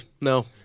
No